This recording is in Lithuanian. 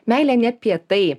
meilė ne apie tai